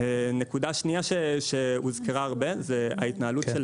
נקודה שנייה שהוזכרה הרבה זה ההתנהלות של